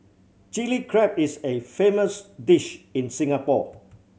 Chilli Crab is a famous dish in Singapore